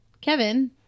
Kevin